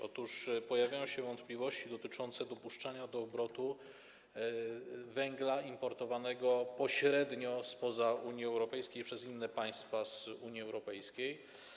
Otóż pojawiają się wątpliwości dotyczące dopuszczania do obrotu węgla importowanego pośrednio spoza Unii Europejskiej przez inne państwa z Unii Europejskiej.